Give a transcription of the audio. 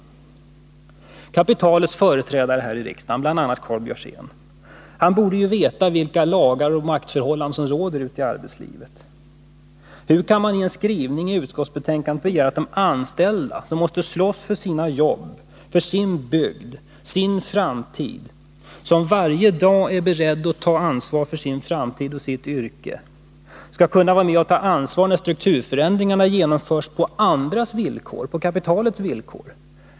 Kapitalets företrädare här i riksdagen, bl.a. Karl Björzén, borde veta vilka lagar och maktförhållanden som råder ute i arbetslivet. Hur kan de i en skrivning i utskottsbetänkandet begära att de anställda, som måste slåss för sina jobb, sin bygd och sin framtid, som varje dag är beredda att ta ansvaret för sin framtid och sitt yrke, skall kunna vara med och ta ansvar, när strukturförändringarna genomförs på andras villkor, på kapitalets villkor?